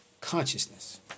consciousness